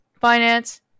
finance